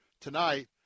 tonight